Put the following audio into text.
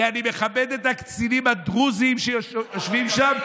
כי אני מכבד את הקצינים הדרוזים שיושבים שם,